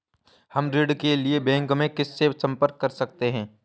हम ऋण के लिए बैंक में किससे संपर्क कर सकते हैं?